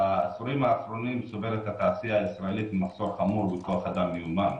בעשורים האחרונים סובלת התעשייה הישראלית ממחסור חמור בכוח אדם מיומן,